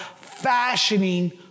fashioning